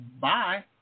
Bye